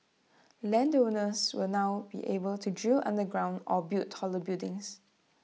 land owners will now be able to drill underground or build taller buildings